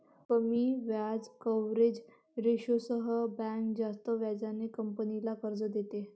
कमी व्याज कव्हरेज रेशोसह बँक जास्त व्याजाने कंपनीला कर्ज देते